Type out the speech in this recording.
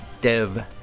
Dev